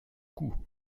coût